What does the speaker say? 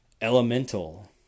Elemental